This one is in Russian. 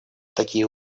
такие